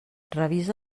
revisa